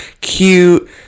cute